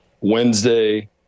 Wednesday